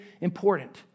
important